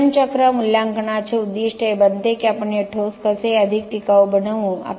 जीवन चक्र मूल्यांकनाचे उद्दिष्ट हे बनते की आपण हे ठोस कसे अधिक टिकाऊ बनवू